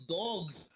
dogs